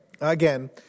again